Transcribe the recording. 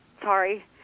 sorry